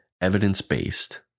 evidence-based